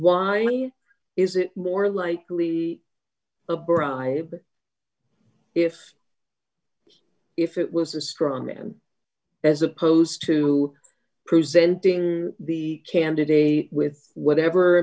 why is it more likely a bribe if if it was a straw man as opposed to presenting the candidate with whatever